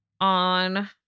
on